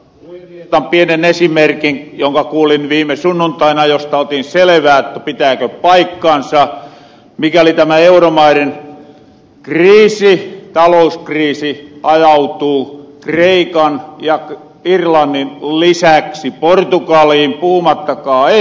otan pienen esimerkin jonka kuulin viime sunnuntaina josta otin selevää että pitääkö paikkansa mikäli tämä euromaiden talouskriisi ajautuu kreikan ja irlannin lisäksi portugaliin puhumattakaan espanjasta